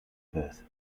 birth